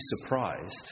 surprised